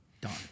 done